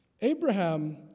Abraham